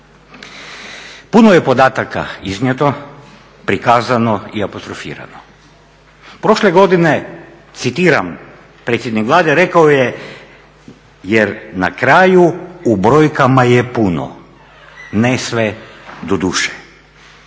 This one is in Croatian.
Puno je podataka iznijeto, prikazano i apostrofirano. Prošle godine citiram, predsjednik Vlade rekao je jer na kraju u brojkama je puno, ne sve doduše.